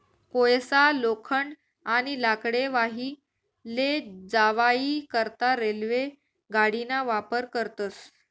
कोयसा, लोखंड, आणि लाकडे वाही लै जावाई करता रेल्वे गाडीना वापर करतस